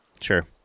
Sure